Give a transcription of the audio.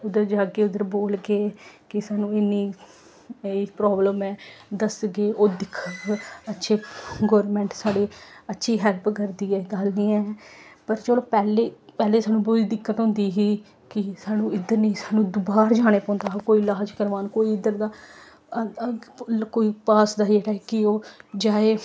उद्धर जागे उद्धर बोलगे कि सानूं इन्नी एह् प्राब्लम ऐ दसगे ओह् दिखग अच्छे गोरमैन्ट साढ़ी अच्छी हैल्प करदी ऐ गल्ल निं ऐ पर चलो पैह्लें पैह्लें सानूं बड़ी दिक्कत होंदी ही कि सानूं इद्धर निं सानूं बाह्र जाने पौंदा हा कोई इलाज करवान कोई इद्धर दा कोई पास दा जेह्ड़ा ऐ कि ओह् जाए